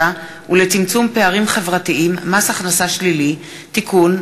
ולצמצום פערים חברתיים (מס הכנסה שלילי) (תיקון,